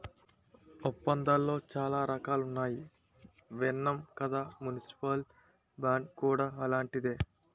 ఒప్పందాలలో చాలా రకాలున్నాయని విన్నాం కదా మున్సిపల్ బాండ్ కూడా అలాంటిదే